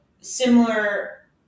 similar